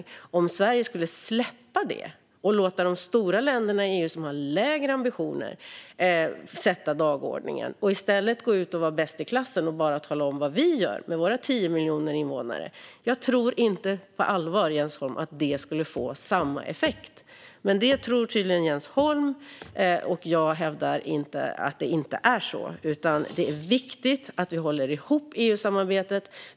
Jag tror inte på allvar, Jens Holm, att det skulle få samma effekt om Sverige skulle släppa det och låta de stora länderna i EU, som har lägre ambitioner, sätta dagordningen och i stället gå ut och vara bäst i klassen och bara tala om vad vi gör med våra 10 miljoner invånare. Det tror dock tydligen Jens Holm. Jag hävdar att det inte är så, utan det är viktigt att vi håller ihop EU-samarbetet.